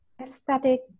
aesthetic